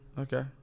Okay